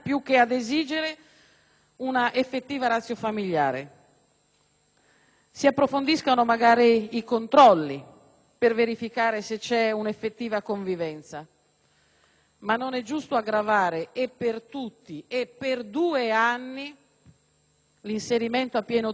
Si approfondiscano magari i controlli per verificare se c'è un'effettiva convivenza, ma non è giusto aggravare, per tutti e per due anni, l'inserimento a pieno titolo di una famiglia nella comunità dei cittadini.